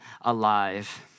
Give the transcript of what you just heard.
alive